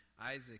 Isaac